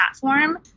platform